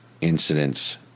Incidents